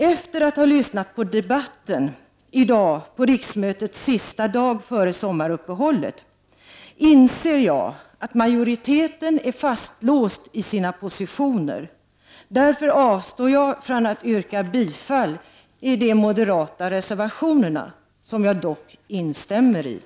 Efter att ha lyssnat på debatten i dag, riksmötets sista dag före sommaruppehållet, inser jag att majoriteten är fastlåst i sina positioner. Därför avstår jag från att yrka bifall till de moderata reservationerna, som jag dock instämmer 1.